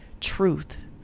truth